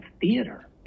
theater